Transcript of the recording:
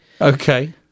Okay